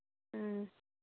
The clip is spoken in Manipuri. ꯎꯝ